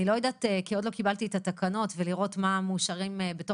אני לא יודעת כי עוד לא קיבלתי את התקנות כדי לראות מה מאושר בתוכן,